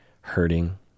hurting